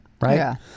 right